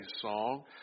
song